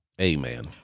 amen